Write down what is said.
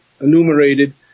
enumerated